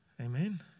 Amen